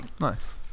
Nice